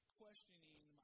questioning